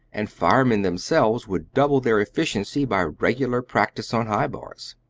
and firemen themselves would double their efficiency by regular practice on high bars.